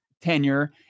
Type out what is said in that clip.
tenure